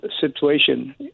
situation